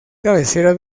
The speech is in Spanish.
cabecera